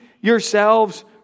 yourselves